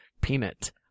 peanut